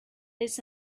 this